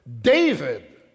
David